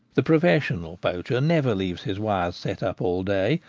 the professional poacher never leaves his wires set up all day,